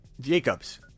Jacobs